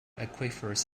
aquifers